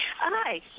Hi